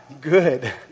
good